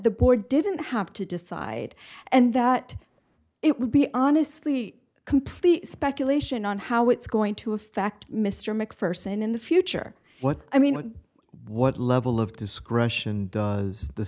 the board didn't have to decide and it would be honestly complete speculation on how it's going to affect mr macpherson in the future what i mean what level of discretion does the